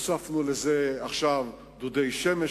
עכשיו הוספנו לזה בדירות כאלה דודי שמש